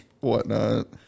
whatnot